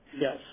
Yes